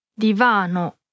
Divano